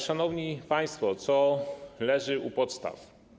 Szanowni państwo, co leży u podstaw?